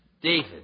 David